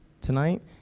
tonight